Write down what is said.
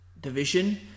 division